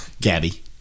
Gabby